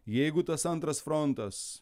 jeigu tas antras frontas